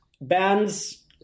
Bands